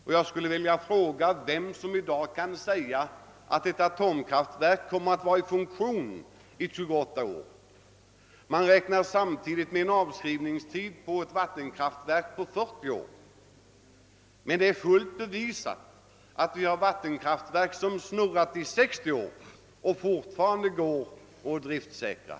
Vem kan i dag säga om ett atomkraftverk är i funktion i 28 år? För vattenkraftverket däremot räknar man med en avskrivningstid på 40 år, och vi har sådana kraftverk som varit i funktion i 60 år och som alltjämt går driftsäkert.